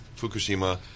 Fukushima